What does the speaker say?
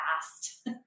fast